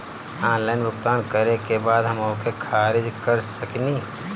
Online भुगतान करे के बाद हम ओके खारिज कर सकेनि?